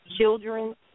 children